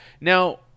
Now